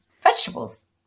vegetables